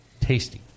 Tasty